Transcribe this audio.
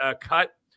cut